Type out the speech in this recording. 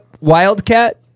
wildcat